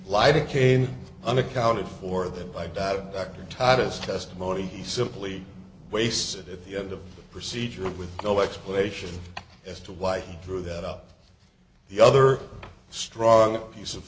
lighting cane unaccounted for that like that dr titus testimony he simply wasted at the end of the procedure with no explanation as to why he drew that up the other strong piece of